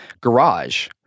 garage